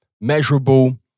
measurable